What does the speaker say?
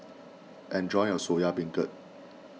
enjoy your Soya Beancurd